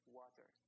water